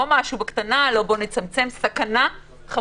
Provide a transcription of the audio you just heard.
לא משהו בקטנה ולא משהו לצמצום, אלא סכנה חמורה.